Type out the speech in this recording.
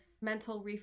mental